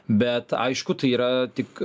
bet aišku tai yra tik